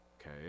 Okay